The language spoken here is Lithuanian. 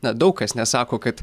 na daug kas nesako kad